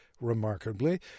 remarkably